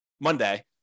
monday